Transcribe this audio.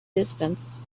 distance